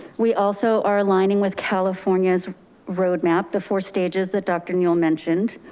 we also are aligning with california's roadmap, the four stages that dr. newel mentioned,